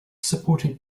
supporting